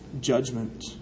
judgment